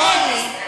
נכון.